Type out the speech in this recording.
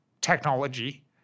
technology